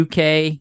UK